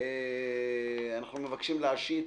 שאנחנו מבקשים להשית